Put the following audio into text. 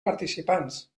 participants